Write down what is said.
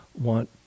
want